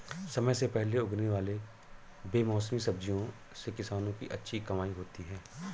समय से पहले उगने वाले बेमौसमी सब्जियों से किसानों की अच्छी कमाई होती है